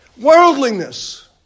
Worldliness